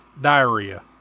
diarrhea